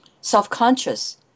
self-conscious